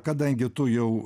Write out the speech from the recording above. kadangi tu jau